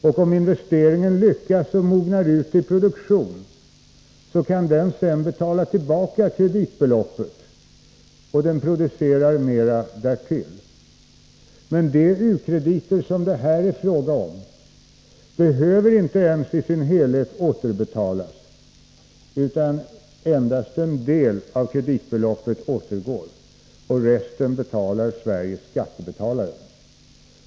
Om en investering lyckas och mognar ut till produktion, då kan man sedan med den betala tillbaka kreditbeloppet, och man producerar mera därtill. Men de u-krediter som det här är fråga om behöver inte återbetalas i sin helhet. Endast en del av kreditbeloppet återgår, och resten betalar Sveriges skattebetalare.